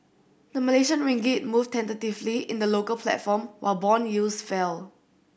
the Malaysian ringgit moved tentatively in the local platform while bond yields fell